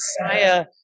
Messiah